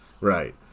Right